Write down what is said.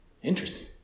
Interesting